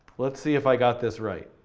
let's see if i got this right.